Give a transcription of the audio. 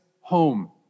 home